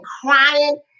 crying